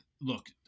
look